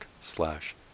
slash